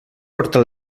porta